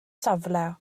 safle